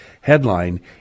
headline